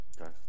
Okay